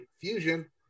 Fusion